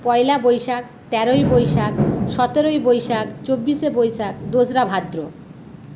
পয়লা বৈশাখ তেরোই বৈশাখ সতেরোই বৈশাখ চব্বিশে বৈশাখ দোসরা ভাদ্র